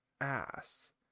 ass